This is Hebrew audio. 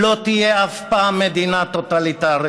לא תהיה אף פעם מדינה טוטליטרית,